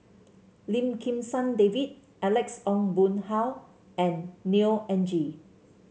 Lim Kim San David Alex Ong Boon Hau and Neo Anngee